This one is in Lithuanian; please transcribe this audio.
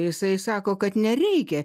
jisai sako kad nereikia